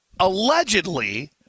Allegedly